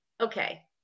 Okay